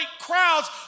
crowds